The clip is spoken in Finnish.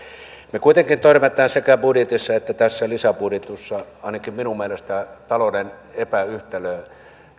me kuitenkin törmäämme sekä budjetissa että tässä lisäbudjetissa ainakin minun mielestäni talouden epäyhtälöön